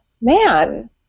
Man